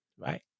right